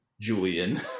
Julian